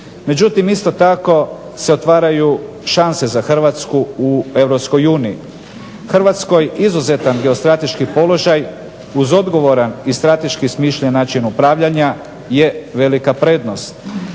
Međutim isto tako se otvaraju šanse za Hrvatsku u EU. Hrvatskoj izuzetan geostrateški položaj uz odgovoran i strateški smišljen način upravljanja je velika prednost.